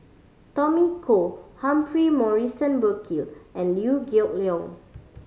Tommy Koh Humphrey Morrison Burkill and Liew Geok Leong